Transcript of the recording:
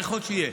ככל שתהיה,